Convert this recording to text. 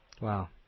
Wow